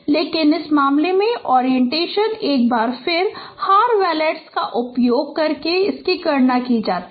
लेकिन इस मामले में ओरिएंटेशन एक बार फिर हार वेवलेट्स का उपयोग करके गणना की जाती है